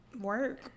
Work